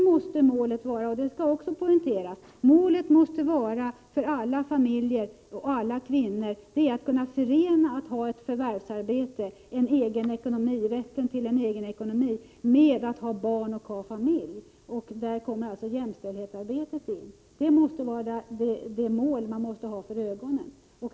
Målet måste vara — det skall också poängteras — för alla familjer och alla kvinnor att kunna förena förvärvsarbete, rätten till egen ekonomi med barn och familj. Där kommer alltså jämställdhetsarbetet in i bilden. Det är det mål man måste ha för ögonen.